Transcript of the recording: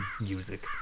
music